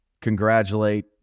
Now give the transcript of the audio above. congratulate